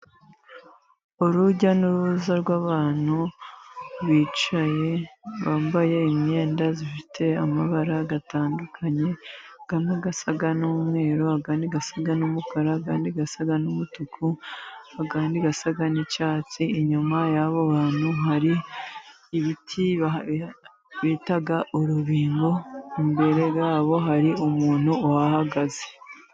Urujya n'uruza rw'abantu bicaye bambaye imyenda ifite amabara atandukanye, amwe asa n'umweru, andi asa n'umukara, andi asa n'umutuku, andi asa n'icyatsi. Inyuma y'abo bantu hari ibiti bita urubingo, imbere yabo hari umuntu uhahagaze.